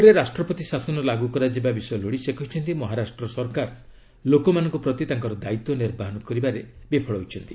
ରାଜ୍ୟରେ ରାଷ୍ଟ୍ରପତି ଶାସନ ଲାଗୁ କରାଯିବା ବିଷୟ ଲୋଡ଼ି ସେ କହିଛନ୍ତି ମହାରାଷ୍ଟ୍ର ସରକାରେ ଲୋକମାନଙ୍କ ପ୍ରତି ତାଙ୍କର ଦାୟିତ୍ୱ ନିର୍ବାହନ କରିବାରେ ବିଫଳ ହୋଇଛନ୍ତି